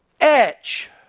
etch